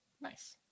nice